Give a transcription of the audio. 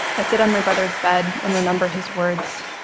i sit on my brother's bed and remember his words,